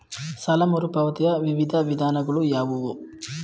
ಸಾಲ ಮರುಪಾವತಿಯ ವಿವಿಧ ವಿಧಾನಗಳು ಯಾವುವು?